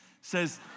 says